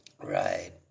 right